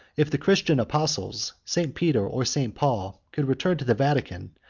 if the christian apostles, st. peter or st. paul, could return to the vatican,